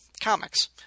comics